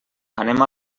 anem